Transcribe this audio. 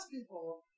people